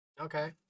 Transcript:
Okay